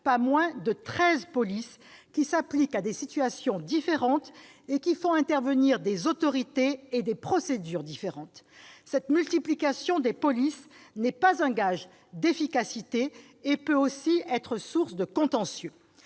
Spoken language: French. pas moins de treize polices qui s'appliquent à des situations différentes et qui font intervenir des autorités et des procédures différentes. Cette multiplication des polices n'est pas un gage d'efficacité et peut aussi être source de contentieux.